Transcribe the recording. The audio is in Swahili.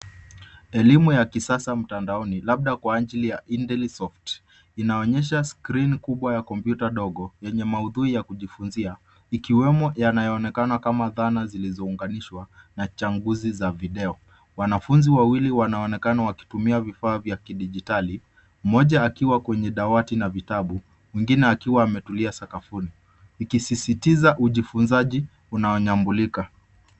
Elimu ya kisasa mtandaoni labda kwa ajili ya Intellisoft inaonyesha skrini kubwa ya kompyuta ndogo yenye maudhui ya kujifunzia ikiwemo yanayoonekana kama dhana zilizounganishwa na chambuzi za video. Wanafunzi wawili wanaonekana wakitumia vifaa vya kidijitali, mmoja akiwa kwenye dawati na vitabu mwingine akiwa ametulia sakafuni ikisisitiza ujifunzaji wa unaonyambulika.